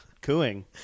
Cooing